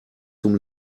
zum